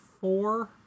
four